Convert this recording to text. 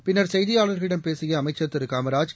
பின்னர் செய்தியாளர்களிடம் பேசிய அமைச்சர் திரு காமராஜ்